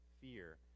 fear